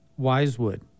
Wisewood